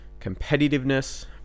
competitiveness